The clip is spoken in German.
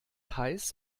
heiß